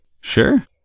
Sure